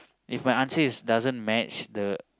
if my answer is doesn't match the